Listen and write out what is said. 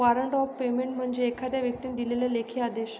warrant of payment म्हणजे एखाद्या व्यक्तीने दिलेला लेखी आदेश